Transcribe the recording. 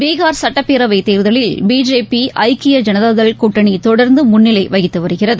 பீகார் சுட்டப்பேரவைத் தேர்தலில் பிஜேபி ஐக்கிய ஜனதாதள் கூட்டணிதொடர்ந்தமுன்னிலைவகித்துவருகிறது